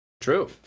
true